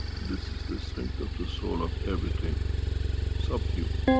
this is the strength of the soul of everything subhuman.